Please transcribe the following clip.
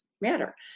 matter